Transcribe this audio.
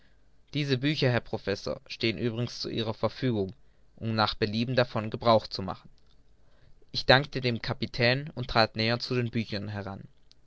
diese bücher herr professor stehen übrigens zu ihrer verfügung um nach belieben davon gebrauch zu machen ich dankte dem kapitän und trat näher zu den büchern heran